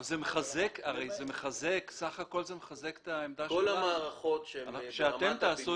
זה מחזק את זה שאנחנו אומרים שאתם תעשו